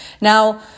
Now